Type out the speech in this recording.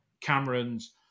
Cameron's